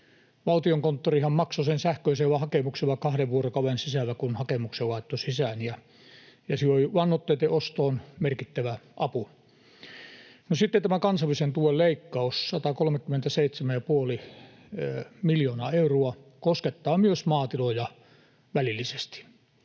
Valtiokonttorihan maksoi sen sähköisellä hakemuksella kahden vuorokauden sisällä, kun hakemuksen laittoi sisään, ja se oli lannoitteitten ostoon merkittävä apu. No sitten tämän kansallisen tuen leikkaus, 137,5 miljoonaa euroa, koskettaa myös maatiloja välillisesti.